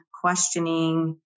questioning